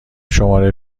شماره